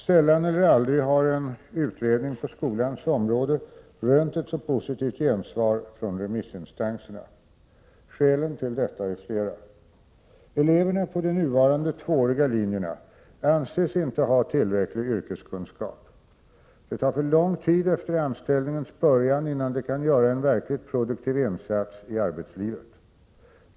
Sällan eller aldrig har en utredning på skolans område rönt ett så positivt gensvar från remissinstanserna. Skälen till detta är flera. Eleverna på de nuvarande tvååriga linjerna anses inte ha tillräcklig yrkeskunskap. Det tar för lång tid efter anställningens början innan de kan göra en verkligt produktiv insats i arbetslivet.